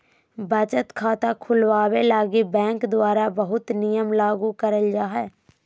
बचत खाता खुलवावे लगी बैंक द्वारा बहुते नियम लागू करल जा हय